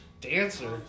Dancer